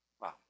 Wow